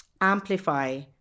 amplify